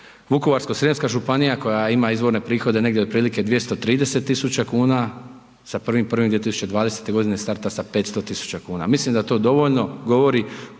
Vukovarsko-srijemska županija koja ima izvorne prihode negdje otprilike 230.000,00 kn, sa 1.1.2020.g. starta sa 500.000,00 kn. Mislim da to dovoljno govori